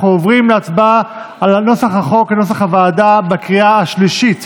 אנחנו עוברים להצבעה על החוק כנוסח הוועדה בקריאה השלישית.